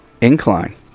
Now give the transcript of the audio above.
incline